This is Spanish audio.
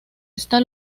esta